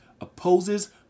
opposes